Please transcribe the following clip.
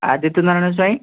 Aditya Narayan Swain